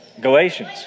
Galatians